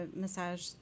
massage